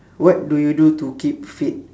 what do you do to keep fit